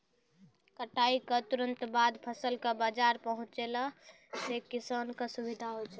कटाई क तुरंत बाद फसल कॅ बाजार पहुंचैला सें किसान कॅ सुविधा होय छै